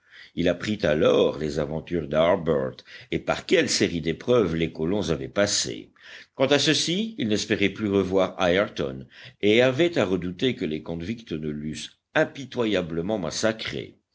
il apprit alors les aventures d'harbert et par quelles séries d'épreuves les colons avaient passé quant à ceux-ci ils n'espéraient plus revoir ayrton et avaient à redouter que les convicts ne l'eussent impitoyablement massacré